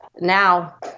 now